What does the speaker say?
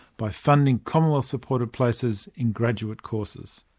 by funding commonwealth-supported places in graduate courses.